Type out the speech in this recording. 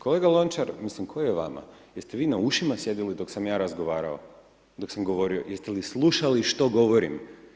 Kolega Lončar, mislim, koji je vama, jeste vi na ušima sjedili dok sam ja razgovarao, dok sam govorio, jeste li slušali što govorim?